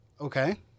Okay